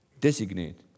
designate